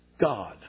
God